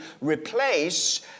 replace